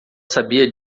sabia